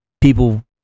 people